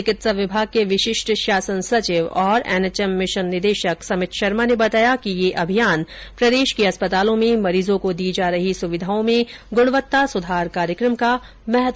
चिकित्सा विभाग के विशिष्ट शासन सचिव और एनएचएम मिशन निदेशक समित शर्मा ने बताया कि यह अभियान प्रदेश के अस्पतालों में मरीजो को दी जा रही सुविधाओं में गृणवत्ता सुधार कार्यक्रम का महत्वपूर्ण हिस्सा है